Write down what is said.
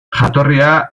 jatorria